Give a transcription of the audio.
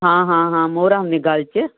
ਹਾਂ ਹਾਂ ਹਾਂ ਮੋਹਰਾਂ ਹੁੰਦੀ ਗਲ੍ਹ 'ਚ